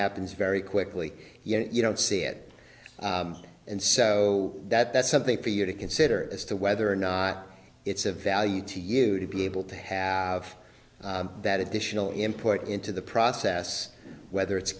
happens very quickly you you don't see it and so that that's something for you to consider as to whether or not it's of value to you to be able to have that additional input into the process whether it's